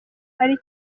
ari